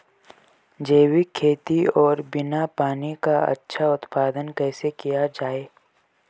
जैविक खेती और बिना पानी का अच्छा उत्पादन कैसे किया जाए?